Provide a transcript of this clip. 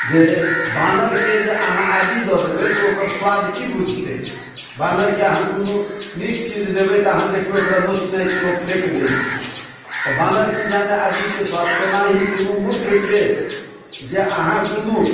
जे बानरके जे अहाँ आदि दऽ देबै तऽ ओ ओकर स्वाद की बुझतै बानरके अहाँ कओनो नीक चीज देबै तऽ अहाँ देखबै ओकरा नोचि नाचिके ओ फेक दै छै तऽ बानर की जाने आदिके स्वाद तेनाही कओनो मूर्खके जे अहाँ कओनो